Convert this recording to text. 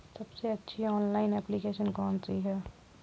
सबसे अच्छी online application कौन सी है?